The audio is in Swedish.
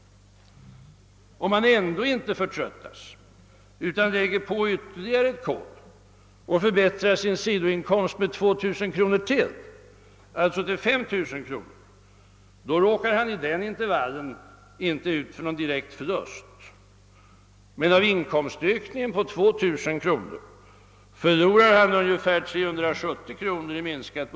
Om han ändå inte förtröttas utan lägger på ytterligare ett kol och förbättrar sin sidoinkomst med ytterligare 2 000 kronor — alltså höjer den till 5 000 kronor — råkar han i den intervallen inte ut för någon direkt förlust, men av inkomstökningen på 2000 kronor förlorar han ungefär 370 kronor i minskat.